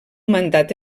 mandat